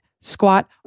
Squat